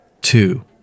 Two